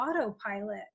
autopilot